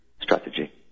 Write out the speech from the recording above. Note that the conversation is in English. strategy